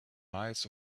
miles